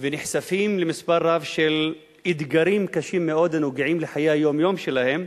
ונחשפים למספר רב של אתגרים קשים מאוד הנוגעים לחיי היום-יום שלהם.